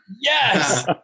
Yes